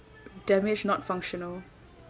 damaged not functional